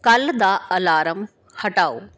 ਕੱਲ੍ਹ ਦਾ ਅਲਾਰਮ ਹਟਾਓ